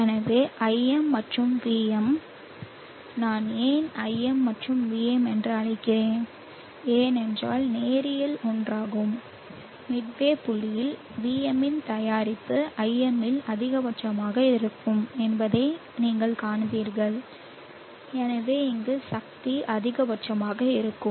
எனவே Im மற்றும் Vm நான் ஏன் Im மற்றும் Vm என்று அழைக்கிறேன் ஏனென்றால் நேரியல் ஒன்றாகும் மிட்வே புள்ளியில் Vm இன் தயாரிப்பு Im ல் அதிகபட்சமாக இருக்கும் என்பதை நீங்கள் காண்பீர்கள் எனவே இங்கு சக்தி அதிகபட்சமாக இருக்கும்